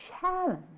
challenge